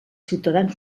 ciutadans